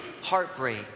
heartbreak